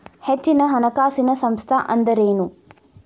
ಹೆಚ್ಚಿನ ಹಣಕಾಸಿನ ಸಂಸ್ಥಾ ಅಂದ್ರೇನು?